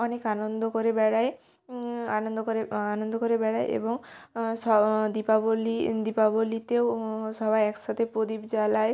অনেক আনন্দ করে বেড়ায় আনন্দ করে আনন্দ করে বেড়ায় এবং স দীপাবলি ইন দীপাবলিতেও সবাই একসাথে প্রদীপ জ্বালায়